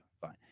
Fine